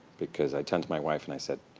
because i turned to my wife and i said,